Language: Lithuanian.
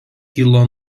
kilo